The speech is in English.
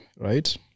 right